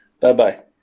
Bye-bye